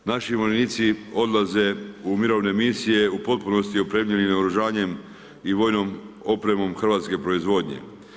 Naši vojnici odlaze u mirovne misije, u potpunosti opremljeni naoružanjem i vojnom opremom hrvatske proizvodnje.